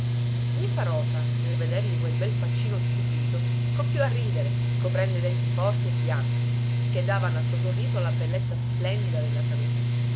ninfarosa nel vedergli quel bel faccino stupito scoppiò a ridere scoprendo i denti forti e bianchi che davano a suo sorriso la bellezza splendida della salute